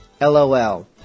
LOL